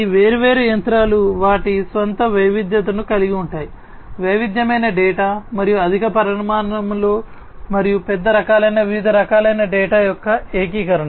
ఈ వేర్వేరు యంత్రాలు వాటి స్వంత వైవిధ్యతను కలిగి ఉంటాయి వైవిధ్యమైన డేటా మరియు అధిక పరిమాణాలలో మరియు పెద్ద రకాలైన వివిధ రకాలైన డేటా యొక్క ఏకీకరణ